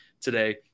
today